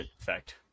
effect